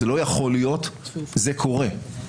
זה לא יכול להיות, זה קורה.